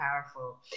powerful